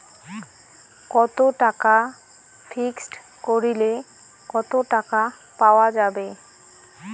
কত টাকা ফিক্সড করিলে কত টাকা পাওয়া যাবে?